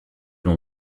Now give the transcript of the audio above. l’on